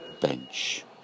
bench